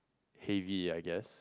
heavy I guess